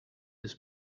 this